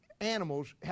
animals